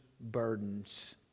burdens